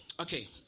okay